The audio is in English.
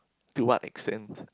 to what extend